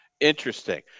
Interesting